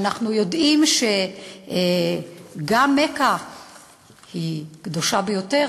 ואנחנו יודעים שגם מכה היא קדושה ביותר